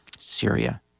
Syria